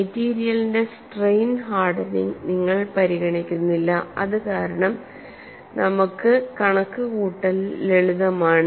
മെറ്റീരിയലിന്റെ strain hardening നിങ്ങൾ പരിഗണിക്കുന്നില്ല അത് കാരണം നമുക്ക് കണക്കുകൂട്ടൽ ലളിതമാണ്